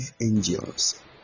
angels